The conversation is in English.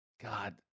God